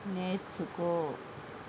నేర్చుకో